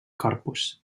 corpus